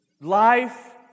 life